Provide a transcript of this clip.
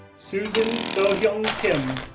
susan sohyoung kim,